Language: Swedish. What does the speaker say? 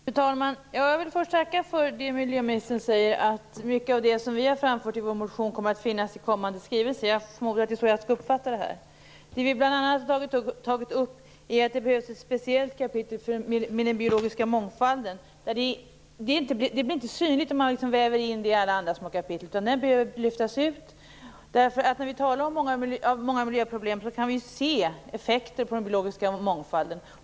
Herr talman! Jag vill först tacka för att mycket av det som vi har framfört i vår motion kommer att finnas i kommande skrivelse - jag förmodar att det är så jag skall uppfatta det som miljöministern säger. Vi har bl.a. tagit upp att det behövs ett speciellt kapitel för den biologiska mångfalden. Den blir inte synlig om man väver in den i alla andra kapitel, och den behöver därför lyftas ut. Vi kan se effekter av många av miljöproblemen på den biologiska mångfalden.